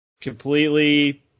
completely